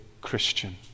Christian